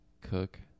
Cook